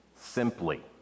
simply